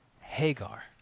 hagar